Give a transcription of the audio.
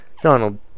Donald